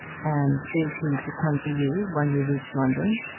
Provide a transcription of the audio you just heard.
and is he to come to you when you reach london?